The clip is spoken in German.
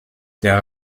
der